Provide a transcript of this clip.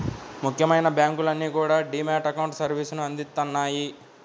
ముఖ్యమైన బ్యాంకులన్నీ కూడా డీ మ్యాట్ అకౌంట్ సర్వీసుని అందిత్తన్నాయి